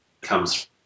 comes